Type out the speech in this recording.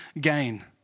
gain